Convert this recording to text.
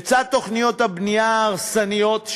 לצד תוכניות הבנייה ההרסניות,